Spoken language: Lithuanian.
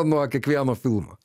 nuo kiekvieno filmo